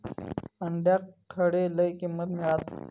अंड्याक खडे लय किंमत मिळात?